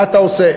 מה אתה עושה?